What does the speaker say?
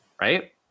right